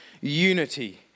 unity